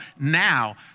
now